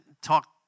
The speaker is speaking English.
talk